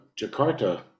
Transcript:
Jakarta